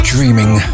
Dreaming